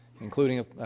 including